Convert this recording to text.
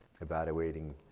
evaluating